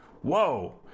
whoa